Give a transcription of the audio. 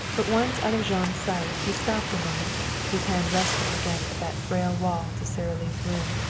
but once out of jean's sight he stopped a moment, his hand resting against that frail wall to sara lee's room.